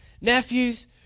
nephews